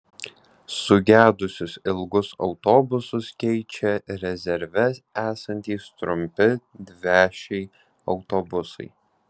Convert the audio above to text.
sugedusius ilgus autobusus keičia rezerve esantys trumpi dviašiai autobusai